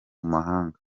mahanga